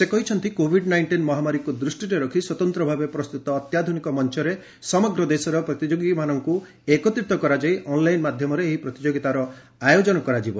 ସେ କହିଛନ୍ତି covid nineteen ମହାମାରୀକୁ ଦୃଷ୍ଟିରେ ରଖି ସ୍ୱତନ୍ତ୍ର ଭାବେ ପ୍ରସ୍ତୁତ ଅତ୍ୟାଧୁନିକ ମଞ୍ଚରେ ସମଗ୍ର ଦେଶର ପ୍ରତିଯୋଗୀମାନଙ୍କ ଏକତ୍ରିତ କରାଯାଇ ଅନ୍ଲାଇନ୍ ମାଧ୍ୟମରେ ଏହି ପ୍ରତିଯୋଗିତାର ଆୟୋଜନ କରାଯିବ